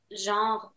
genre